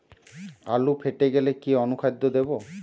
আলু ফেটে গেলে কি অনুখাদ্য দেবো?